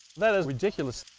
that is ridiculous.